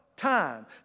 Time